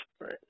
Right